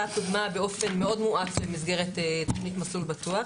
קודמה באופן מאוד מואץ במסגרת תוכנית "מסלול בטוח".